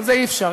אבל אי-אפשר,